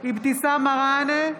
אבתיסאם מראענה,